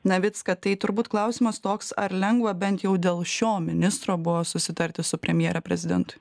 navicką tai turbūt klausimas toks ar lengva bent jau dėl šio ministro buvo susitarti su premjere prezidentui